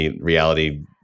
reality